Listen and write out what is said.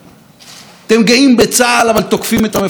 אתם גאים בבית המשפט, אבל תוקפים את שופטיו,